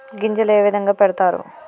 గింజలు ఏ విధంగా పెడతారు?